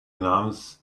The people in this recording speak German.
namens